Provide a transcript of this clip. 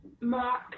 mark